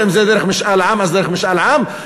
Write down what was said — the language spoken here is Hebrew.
ואם זה דרך משאל עם אז דרך משאל עם,